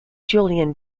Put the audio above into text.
julian